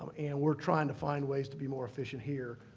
um and we're trying to find ways to be more efficient here,